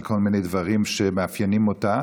אף אחד לא יעז להגיד או להעיר על כל מיני דברים שמאפיינים אותה,